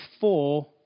four